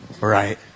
Right